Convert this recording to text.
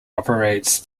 operates